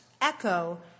echo